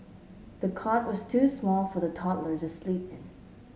the cot was too small for the toddler to sleep in